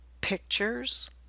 pictures